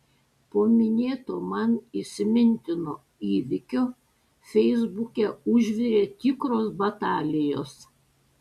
po minėto man įsimintino įvykio feisbuke užvirė tikros batalijos